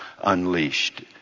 unleashed